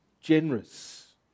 generous